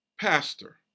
pastor